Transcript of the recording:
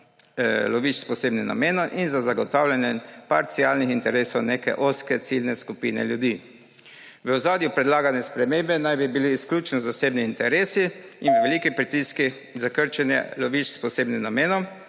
lovišč s posebnim namenom in za zagotavljanje parcialnih interesov neke ozke ciljne skupine ljudi. V ozadju predlagane spremembe naj bi bili izključno zasebni interesi in veliki pritiski za krčenje lovišč s posebnim namenom,